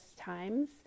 times